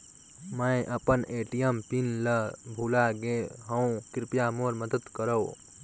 मैं अपन ATM PIN ल भुला गे हवों, कृपया मोर मदद करव